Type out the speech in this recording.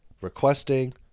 requesting